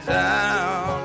down